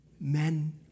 Men